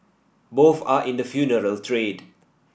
both are in the funeral trade